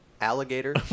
Alligator